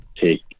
take